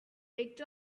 picked